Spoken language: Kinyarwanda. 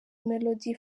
melody